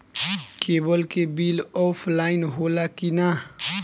Cable के bill offline होला कि ना?